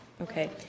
Okay